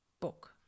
book